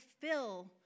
fulfill